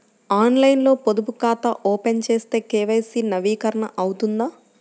ఆన్లైన్లో పొదుపు ఖాతా ఓపెన్ చేస్తే కే.వై.సి నవీకరణ అవుతుందా?